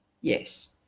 Yes